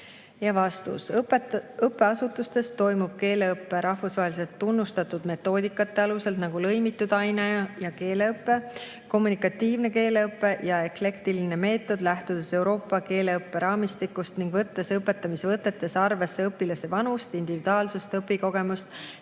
Vastus. Õppeasutustes toimub keeleõpe rahvusvaheliselt tunnustatud metoodikate alusel, nagu lõimitud aine- ja keeleõpe, kommunikatiivne keeleõpe ja eklektiline meetod, lähtudes Euroopa keeleõpperaamistikust ning võttes õpetamise võtetes arvesse õpilaste vanust, individuaalsust, õpikogemust